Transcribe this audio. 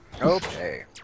Okay